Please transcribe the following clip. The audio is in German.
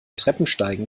treppensteigen